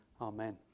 Amen